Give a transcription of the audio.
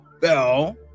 bell